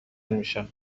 میشوند